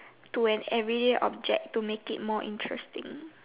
to an everyday object to make it more interesting